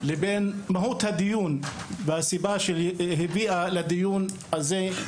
לבין מהות הדיון והסיבה שהביאה לדיון הזה,